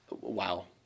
Wow